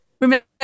remember